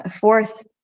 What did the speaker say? fourth